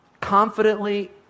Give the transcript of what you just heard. confidently